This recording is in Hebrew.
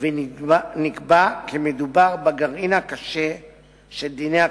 ונקבע כי מדובר בגרעין הקשה של דיני הכשרות,